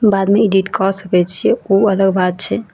बादमे एडिट कऽ सकै छिए ओ अलग बात छै